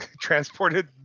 transported